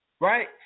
Right